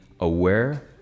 aware